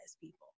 people